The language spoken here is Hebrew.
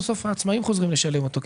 בסוף העצמאים חוזרים לשלם אותו,